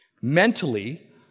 mentally